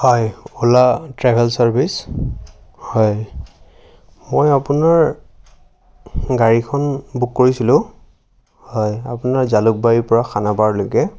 হয় Ola travel service হয় মই আপোনাৰ গাড়ীখন বুক কৰিছিলোঁ হয় আপোনাৰ জালুকবাৰীৰ পৰা খানাপাৰালৈকে